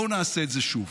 בואו נעשה את זה שוב.